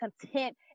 content